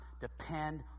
depend